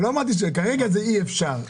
כרגע זה אי אפשר.